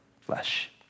flesh